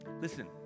listen